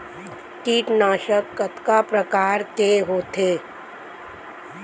कीटनाशक कतका प्रकार के होथे?